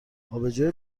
آبجو